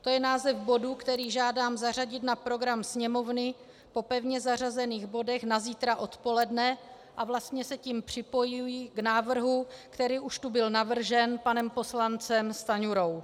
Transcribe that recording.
To je název bodu, který žádám zařadit na program Sněmovny po pevně zařazených bodech na zítra odpoledne a vlastně se tím připojuji k návrhu, který už tu byl navržen panem poslancem Stanjurou.